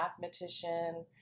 mathematician